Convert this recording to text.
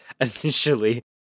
initially